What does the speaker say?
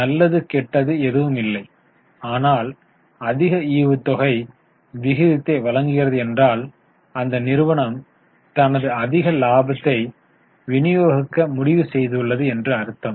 நல்லது கெட்டது எதுவும் இல்லை ஆனால் அதிக ஈவுத்தொகை விகிதத்தை வழங்குகிறது என்றால் அந்த நிறுவனம் தனது அதிக லாபத்தை விநியோகிக்க முடிவு செய்துள்ளது என்று அர்த்தம்